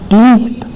deep